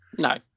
No